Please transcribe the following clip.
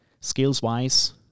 skills-wise